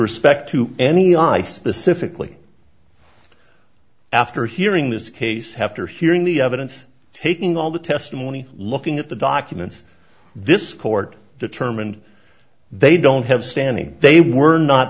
respect to any ice specifically after hearing this case have her hearing the evidence taking all the testimony looking at the documents this court determined they don't have standing they were not